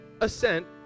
ascent